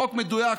חוק מדויק,